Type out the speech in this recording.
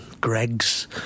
Greg's